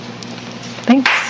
Thanks